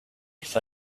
for